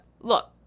Look